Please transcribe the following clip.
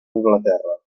anglaterra